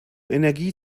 energie